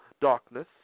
darkness